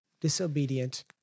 disobedient